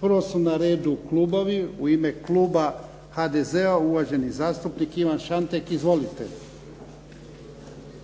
Prvo su na redu klubovi. U ime kluba HDZ-a, uvaženi zastupnik Ivan Šantek. Izvolite.